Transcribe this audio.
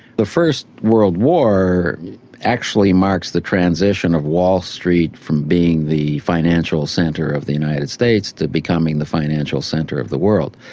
the first world war actually marks the transition of wall street from being the financial centre of the united states to becoming the financial centre of the world.